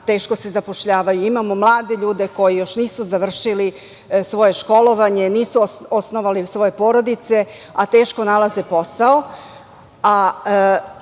teško se zapošljavaju. Imamo mlade ljude koji još nisu završili svoje školovanje, nisu osnovale svoje porodice, a teško nalaze posao.